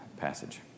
passage